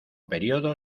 periodo